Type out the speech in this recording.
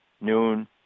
noon